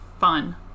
fun